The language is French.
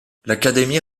l’académie